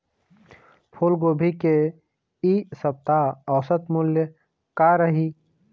फूलगोभी के इ सप्ता औसत मूल्य का रही?